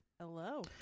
Hello